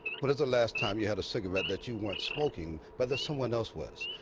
but is the last time you had a cigarette that you weren't smoking, but that someone else was?